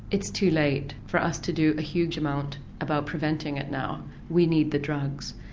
it's too late for us to do a huge amount about preventing it now, we need the drugs.